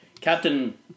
Captain